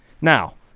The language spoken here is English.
Now